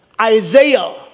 Isaiah